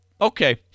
Okay